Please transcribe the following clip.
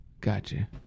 gotcha